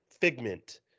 figment